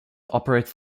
operates